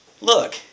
Look